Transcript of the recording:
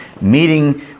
meeting